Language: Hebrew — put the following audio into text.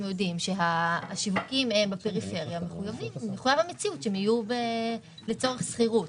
ייעודיים שהשיווקים בפריפריה מחויב המציאות שהם יהיו לצורך שכירות.